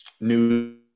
news